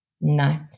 No